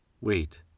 Wait